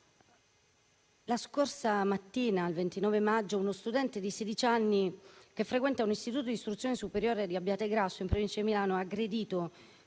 la mattina del 29 maggio uno studente di sedici anni, che frequenta un istituto di istruzione superiore di Abbiategrasso, in Provincia di Milano, ha aggredito